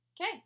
Okay